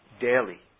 daily